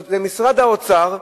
זה משרד האוצר,